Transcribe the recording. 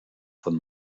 von